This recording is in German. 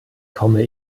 komme